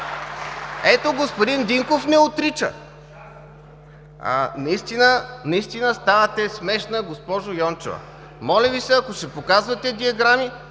Ето, господин Динков не отрича. Наистина ставате смешна, госпожо Йончева. Моля Ви се, ако ще показвате диаграми,